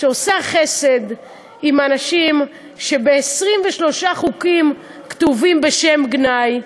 שעושה חסד עם אנשים שב-23 חוקים כתובים בשם גנאי,